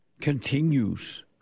continues